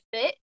fit